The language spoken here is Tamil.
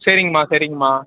சரிங்கம்மா சரிங்கம்மா